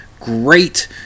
Great